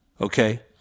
Okay